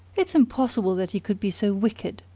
it's impossible that he could be so wicked!